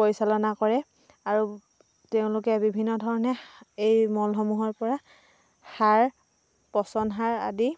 পৰিচালনা কৰে আৰু তেওঁলোকে বিভিন্ন ধৰণে এই মলসমূহৰ পৰা সাৰ পচন সাৰ আদি